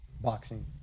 Boxing